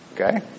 Okay